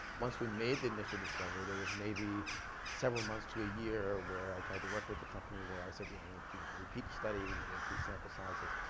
once we made the initial discovery there was maybe several months to a year where i tried to work with the company, where i said, you know, we need to repeat the study, we need to increase sample sizes.